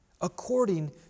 According